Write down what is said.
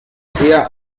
eher